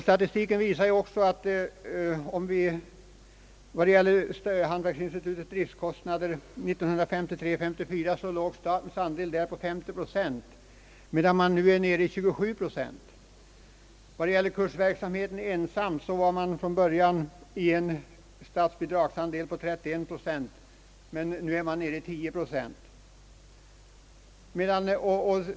Statistiken visar att när det gäller hantverksinstitutets driftkostnader 1953—1934 låg statens andel på 50 procent, medan statens andel nu är nere i 27 procent. Vad det gäller enbart kursverksamheten var statsbidraget från början 31 procent — nu är det bara 10 procent.